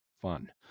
Fun